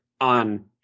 on